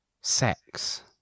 sex